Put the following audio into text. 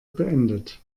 beendet